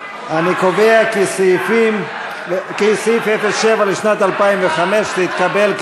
אני קובע כי סעיף 07 לשנת 2015 התקבל,